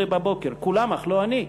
08:00-07:00, כולם, אך לא אני.